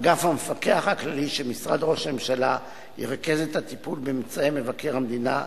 אגף המפקח הכללי שבמשרד ראש הממשלה ירכז את הטיפול בממצאי מבקר המדינה,